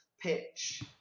pitch